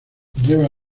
lleva